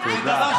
תודה,